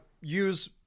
use